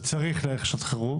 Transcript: וצריך להיערך לשעת חירום,